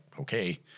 okay